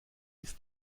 ist